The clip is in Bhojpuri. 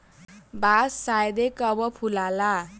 बांस शायदे कबो फुलाला